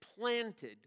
planted